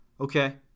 Okay